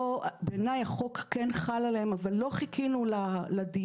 בעיניי החוק כן חל עליהם, אבל לא חיכינו לדיון.